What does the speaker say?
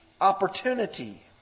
opportunity